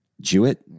Jewett